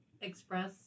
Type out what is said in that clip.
Express